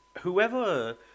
Whoever